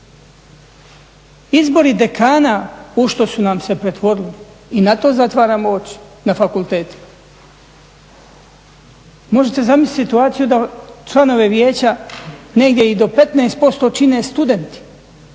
Izbori dekana u što su nam se pretvorili, i na to zatvaramo oči, na fakultetima. Možete zamisliti situaciju da članove vijeća negdje i do 15% čine studenti